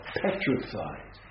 petrified